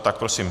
Tak prosím.